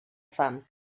fam